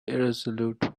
irresolute